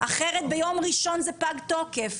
אחרת ביום ראשון הקרוב זה פג תוקף.